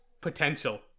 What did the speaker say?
potential